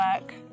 work